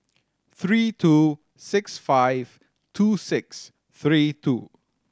three two six five two six three two